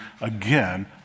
again